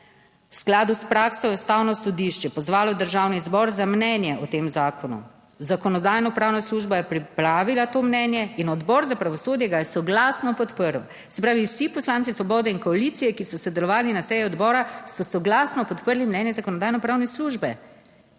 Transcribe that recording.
V skladu s prakso je Ustavno sodišče pozvalo Državni zbor za mnenje o tem zakonu, Zakonodajno-pravna služba je pripravila to mnenje in Odbor za pravosodje ga je soglasno podprl. Se pravi, vsi poslanci Svobode in koalicije, ki so sodelovali na seji odbora so soglasno podprli mnenje Zakonodajno-pravne službe.